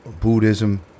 Buddhism